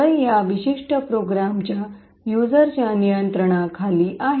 तर या विशिष्ट प्रोग्राम च्या युजरच्या नियंत्रणाखाली आहे